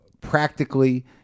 practically